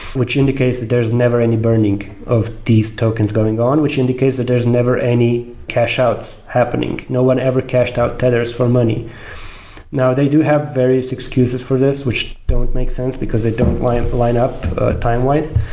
which indicates that there is never any burning of these tokens going on, which indicates that there is never any cash outs happening. no one ever cashed out tethers for money now they do have various excuses for this, which don't make sense because they don't line line up timewise,